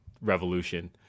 Revolution